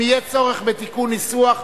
אם יהיה צורך בתיקון ניסוח,